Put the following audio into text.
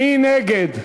מי נגד?